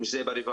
אם זה ברווחה,